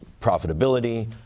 profitability